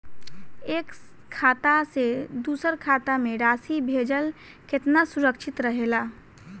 एक खाता से दूसर खाता में राशि भेजल केतना सुरक्षित रहेला?